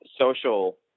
social